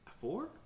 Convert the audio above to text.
Four